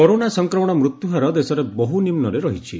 corona ସଂକ୍ରମଣ ମୃତ୍ୟୁହାର ଦେଶରେ ବହୁ ନିମ୍ବରେ ରହିଛି